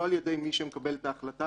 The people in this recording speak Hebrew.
לא על ידי מי שמקבל את ההחלטה,